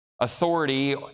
authority